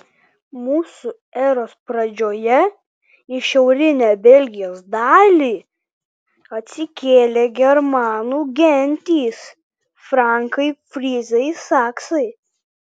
mūsų eros pradžioje į šiaurinę belgijos dalį atsikėlė germanų gentys frankai fryzai saksai